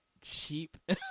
cheap